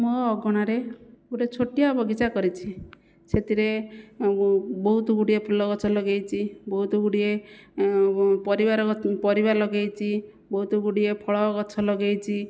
ମୋ' ଅଗଣାରେ ଗୋଟିଏ ଛୋଟିଆ ବଗିଚା କରିଛି ସେଥିରେ ବହୁତଗୁଡ଼ିଏ ଫୁଲଗଛ ଲଗାଇଛି ବହୁତଗୁଡ଼ିଏ ପରିବାର ପରିବା ଲଗାଇଛି ବହୁତଗୁଡ଼ିଏ ଫଳ ଗଛ ଲଗାଇଛି